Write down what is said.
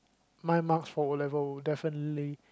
my marks for O-level definitely